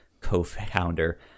co-founder